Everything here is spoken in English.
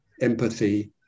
empathy